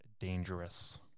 dangerous